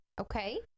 Okay